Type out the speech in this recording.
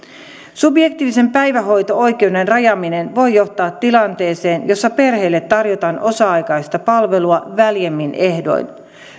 subjektiivisen päivähoito oikeuden rajaaminen voi johtaa tilanteeseen jossa perheille tarjotaan osa aikaista palvelua väljemmin ehdoin